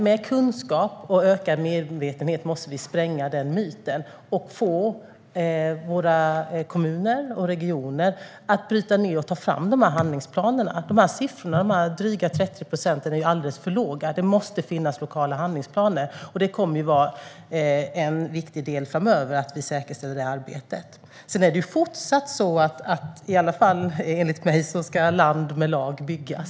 Med kunskap och ökad medvetenhet måste vi spräcka den myten och få våra kommuner och regioner att bryta ned detta och ta fram handlingsplaner. Den här siffran, drygt 30 procent, är alldeles för låg. Det måste finnas lokala handlingsplaner. Det kommer att vara en viktig del framöver att vi säkerställer det arbetet. Land ska med lag byggas, i alla fall enligt mig.